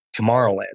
Tomorrowland